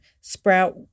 sprout